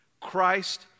Christ